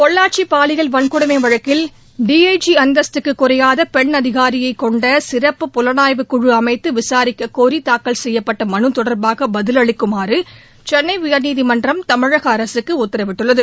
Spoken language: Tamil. பொள்ளாச்சி பாலியல் வள்கொடுமை வழக்கில் டி ஐ ஐ அந்தஸ்துக்குக் குறையாத பெண் அதிகாரியைக் கொண்ட சிறப்பு புலனாய்வுக்குழு அமைத்து விசாரிக்கக் கோரி தாக்கல் செய்யப்பட்ட மலு தொடர்பாக பதிலளிக்குமாறு சென்னை உயர்நீதிமன்றம் தமிழக அரசுக்கு உத்தரவிட்டுள்ளது